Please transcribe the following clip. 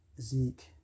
Zeke